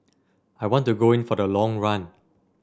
I want to go in for the long run